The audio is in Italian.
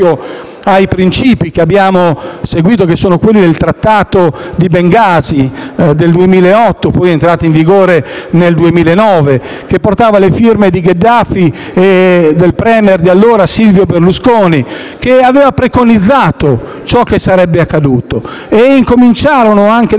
ai principi che abbiamo seguito, quelli del Trattato di Bengasi del 2008, poi entrato in vigore nel 2009 e che portava le firme di Gheddafi e del *premier* di allora Silvio Berlusconi, che aveva preconizzato ciò che sarebbe accaduto. Da quel momento